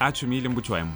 ačiū mylim bučiuojam